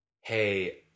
hey